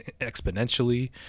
exponentially